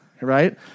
Right